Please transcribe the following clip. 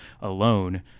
alone